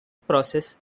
process